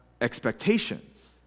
Expectations